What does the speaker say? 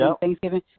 Thanksgiving